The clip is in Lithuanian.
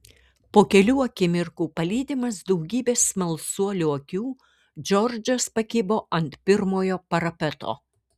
po kelių akimirkų palydimas daugybės smalsuolių akių džordžas pakibo ant pirmojo parapeto